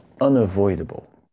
unavoidable